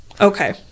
Okay